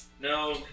No